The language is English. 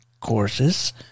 courses